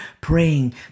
praying